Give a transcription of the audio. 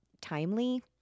timely